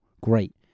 great